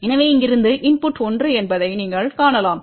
எனவே இங்கிருந்து இன்புட்டு 1 என்பதை நீங்கள் காணலாம்